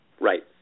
Right